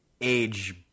age